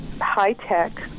high-tech